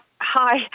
Hi